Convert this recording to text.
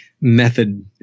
method